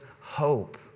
hope